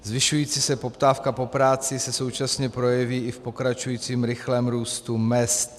Zvyšující se poptávka po práci se současně projeví i v pokračujícím rychlém růstu mezd.